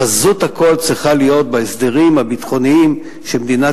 חזות הכול צריכה להיות בהסדרים הביטחוניים שמדינת